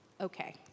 Okay